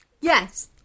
Yes